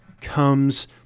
comes